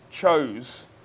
chose